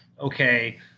okay